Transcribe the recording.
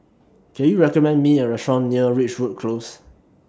Can YOU recommend Me A Restaurant near Ridgewood Close